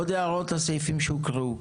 יש עוד הערות לסעיפים שהוקראו?